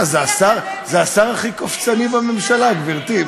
זה השר הכי קופצני בממשלה, גברתי.